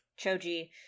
Choji